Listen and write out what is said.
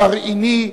גרעיני,